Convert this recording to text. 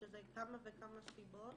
שזה כמה וכמה סיבות